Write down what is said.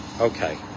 Okay